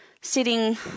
sitting